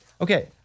Okay